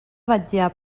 vetllar